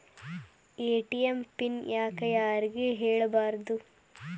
ATM pin ಯಾಕ್ ಯಾರಿಗೂ ಹೇಳಬಾರದು?